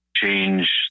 Change